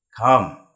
Come